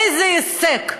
איזה הישג.